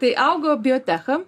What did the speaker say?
tai augo biotecha